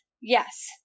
Yes